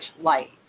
light